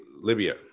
Libya